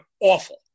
awful